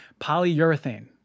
Polyurethane